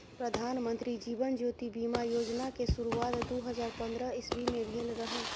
प्रधानमंत्री जीबन ज्योति बीमा योजना केँ शुरुआत दु हजार पंद्रह इस्बी मे भेल रहय